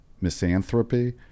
misanthropy